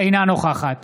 אינה נוכחת